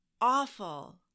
awful